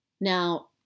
Now